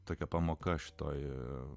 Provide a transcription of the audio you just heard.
tokia pamoka šitoj